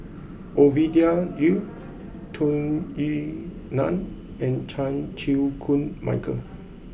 Ovidia Yu Tung Yue Nang and Chan Chew Koon Michael